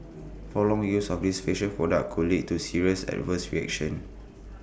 prolonged use of these facial product could lead to serious adverse reaction